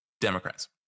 Democrats